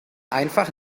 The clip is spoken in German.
einfach